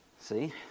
See